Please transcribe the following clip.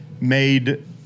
made